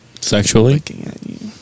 Sexually